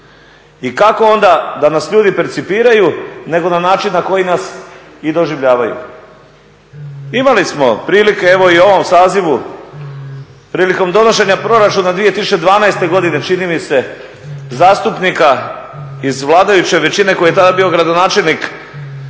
I kako onda da nas ljudi percipiraju nego na način na koji nas i doživljavaju. Imali smo prilike evo i u ovom sazivu prilikom donošenja proračuna 2012. godine činim mi se zastupnika iz vladajuće većine koji je tada bio gradonačelnik